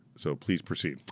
so please proceed.